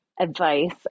advice